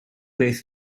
beth